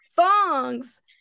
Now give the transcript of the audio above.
thongs